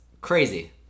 crazy